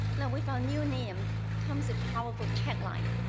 now, with our new name comes a powerful tagline.